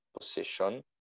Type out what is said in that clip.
position